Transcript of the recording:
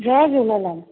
Jay Jhulelal